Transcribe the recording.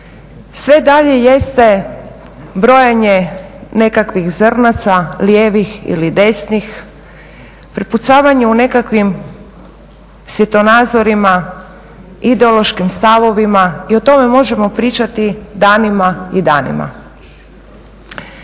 Sve dalje jeste brojanje nekakvih zrnaca lijevih ili desnih, prepucavanje o nekakvim svjetonazorima, ideološkim stavovima i o tome možemo pričati danima i danima.